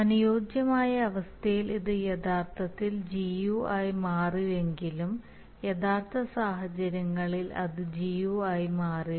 അനുയോജ്യമായ അവസ്ഥയിൽ ഇത് യഥാർത്ഥത്തിൽ Gu ആയി മാറുന്നുവെങ്കിലും യഥാർത്ഥ സാഹചര്യങ്ങളിൽ അത് Gu ആയി മാറില്ല